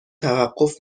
توقف